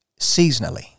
seasonally